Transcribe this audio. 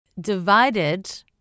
Divided